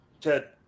Ted